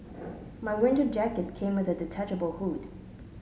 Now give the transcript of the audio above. my winter jacket came with a detachable hood